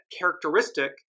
characteristic